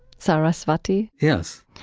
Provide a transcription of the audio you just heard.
sarasvati? yes